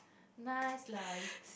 nice lah